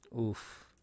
Oof